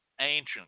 ancient